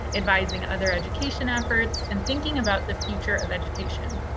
advising other education efforts and thinking about the future of education.